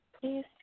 please